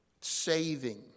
saving